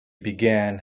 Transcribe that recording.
began